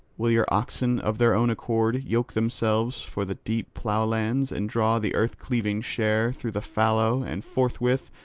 will your oxen of their own accord yoke themselves for the deep plough-lands and draw the earth-cleaving share through the fallow, and forthwith,